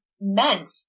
meant